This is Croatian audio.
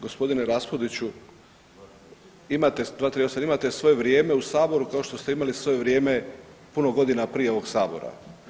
Gospodine Raspudiću, imate, 238. imate svoje vrijeme u Saboru kao što ste imali svoje vrijeme puno godina prije ovog Sabora.